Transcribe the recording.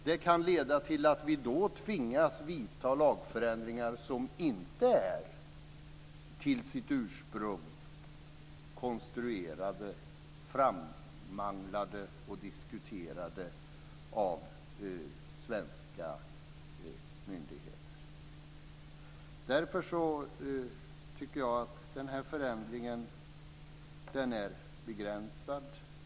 Den kan leda till att vi då tvingas göra lagförändringar som inte är till sitt ursprung konstruerade, frammanglade och diskuterade av svenska myndigheter. Därför tycker jag följande: Den här förändringen är begränsad.